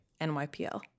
NYPL